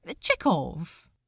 Chekhov